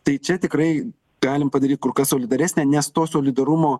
tai čia tikrai galim padaryt kur kas solidaresnę nes to solidarumo